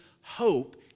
hope